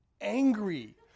angry